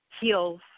heals